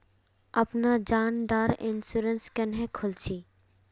अपना जान डार इंश्योरेंस क्नेहे खोल छी?